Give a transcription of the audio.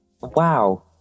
wow